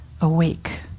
awake